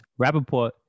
Rappaport